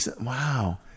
Wow